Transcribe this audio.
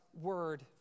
word